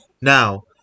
Now